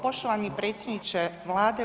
Poštovani predsjedniče Vlade.